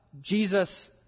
Jesus